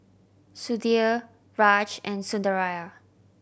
Sudhir Raj and Sundaraiah